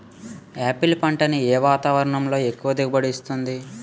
Apple పంట ఏ వాతావరణంలో ఎక్కువ దిగుబడి ఇస్తుంది?